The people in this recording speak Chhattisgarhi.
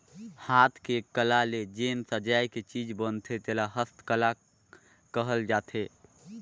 हाथ के कला ले जेन सजाए के चीज बनथे तेला हस्तकला कहल जाथे